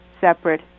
separate